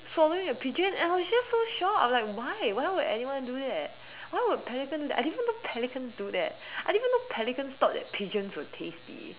swallowing a pigeon and I was just so shock I was like why why would anyone do that why would pelican I didn't even know that pelicans do that I didn't even know pelicans thought that pigeons were tasty